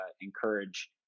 encourage